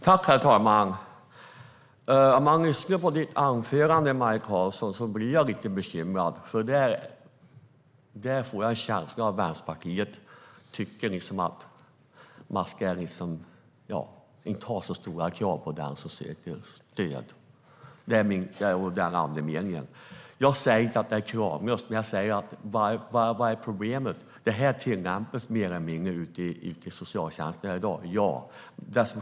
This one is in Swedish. Herr talman! Jag blir lite bekymrad när jag lyssnar på dig, Maj Karlsson. Jag får känslan av att Vänsterpartiet tycker att man inte ska ha så höga krav på den som söker stöd. Det är andemeningen. Jag säger inte att det är kravlöst, men jag undrar vad problemet är. Ja, detta tillämpas mer eller mindre ute i socialtjänsten i dag.